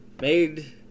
made